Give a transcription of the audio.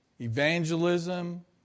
evangelism